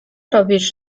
robisz